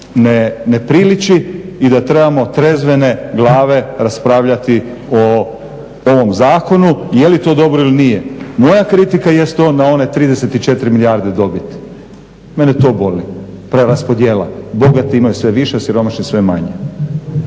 ne priliči i da trebamo trezvene glave raspravljati o ovom zakonu. Je li to dobro ili nije? Moja kritika jest to na one 34 milijarde dobiti. Mene to boli, preraspodjela. Bogati imaju sve više, a siromašni sve manje.